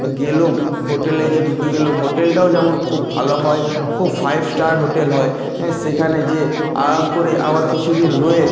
গেলাম হোটেলে গিয়ে ঢুকে গেলাম হোটেলটাও যেমন খুব ভালো হয় খুব ফাইভ স্টার হোটেল হয় সেখানে গিয়ে আরাম করে আবার কিছু দিন রয়ে